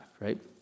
right